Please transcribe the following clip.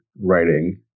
writing